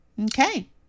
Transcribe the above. Okay